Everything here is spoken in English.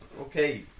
Okay